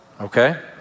Okay